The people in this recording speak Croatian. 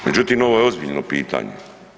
Međutim, ovo je ozbiljno pitanje.